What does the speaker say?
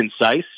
concise